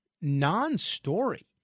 non-story